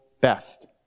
best